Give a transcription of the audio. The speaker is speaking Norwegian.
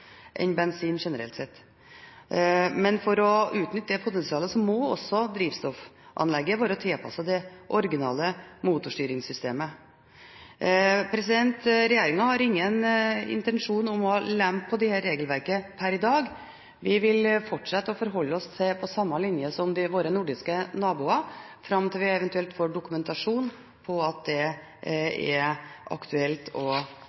bensin generelt sett. Men for å kunne utnytte det potensialet må også drivstoffanlegget være tilpasset det originale motorstyringssystemet. Regjeringen har ingen intensjon om å lempe på dette regelverket per i dag. Vi vil fortsette å forholde oss til dette på samme linje som våre nordiske naboer, fram til vi eventuelt får dokumentasjon på at det